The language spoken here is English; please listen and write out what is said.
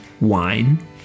wine